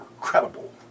credible